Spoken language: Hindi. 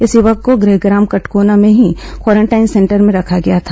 इस युवक को गृहग्राम कटकोना में ही क्वारेंटाइन सेंटर में रखा गया था